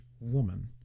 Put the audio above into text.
woman